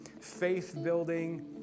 faith-building